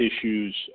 issues